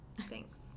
Thanks